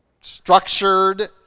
structured